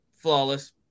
flawless